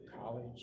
college